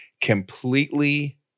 completely